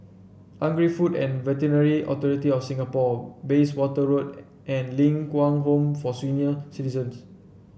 Agri Food and Veterinary Authority of Singapore Bayswater Road and Ling Kwang Home for Senior Citizens